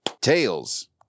Tails